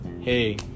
hey